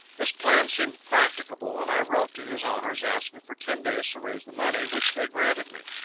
this plan seemed practicable, and i wrote to his owners, asking for ten days to raise the money which they granted me.